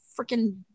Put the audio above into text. freaking